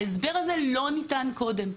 ההסבר הזה לא ניתן קודם.